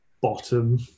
bottom